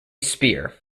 spear